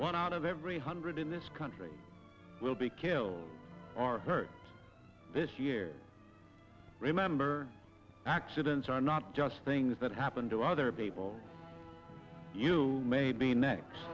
one out of every hundred in this country will be killed or hurt this year remember accidents are not just things that happen to other people you may be next